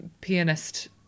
pianist